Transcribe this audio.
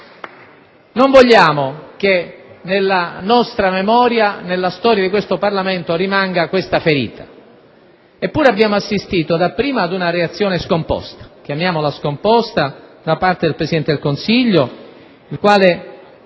Non vogliamo che nella nostra memoria e nella storia di questo Parlamento rimanga questa ferita. Eppure, abbiamo assistito dapprima ad una reazione scomposta da parte del presidente del Consiglio, il quale